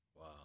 Wow